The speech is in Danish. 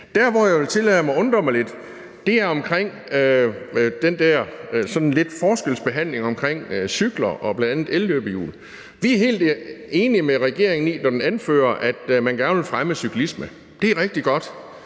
Det, jeg vil tillade mig at undre mig lidt over, er vedrørende den der forskelsbehandling, der er på cykler og elløbehjul. Vi er helt enige med regeringen, når den anfører, at man gerne vil fremme cyklisme, for det er rigtig godt,